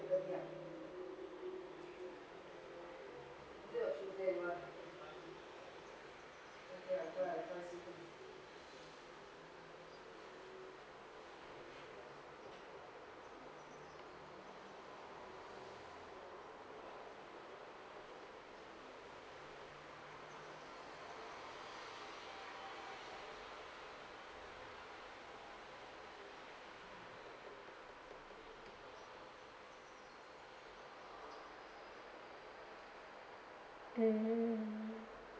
mm